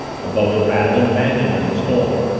above the rattle and banging of the storm.